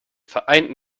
vereinten